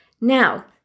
Now